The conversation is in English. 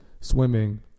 swimming